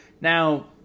Now